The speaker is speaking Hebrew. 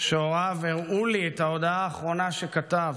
שהוריו הראו לי את ההודעה האחרונה שכתב: